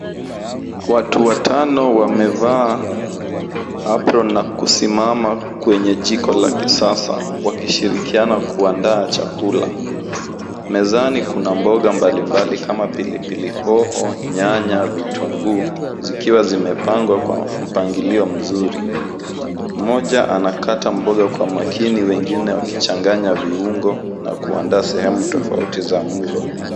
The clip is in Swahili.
Watu watano wamevaa apron na kusimama kwenye jiko la kisasa wakishirikiana kuanda chakula. Mezani kuna mboga mbalimbali kama pilipili hoho, nyanya, vitunguu, zikiwa zimepangwa kwa mpangilio mzuri. Mmoja anakata mboga kwa makini wengine wakichanganya viungo na kuanda sehemu tofauti za mlo.